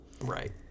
Right